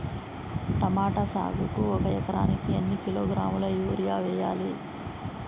Tomato సాగుకు ఒక ఎకరానికి ఎన్ని కిలోగ్రాముల యూరియా వెయ్యాలి?